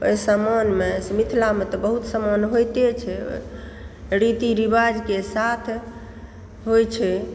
ओहि सम्मानमे से मिथिलामे तऽ बहुत सम्मान होइते छै रीती रिवाजके साथ होइ छै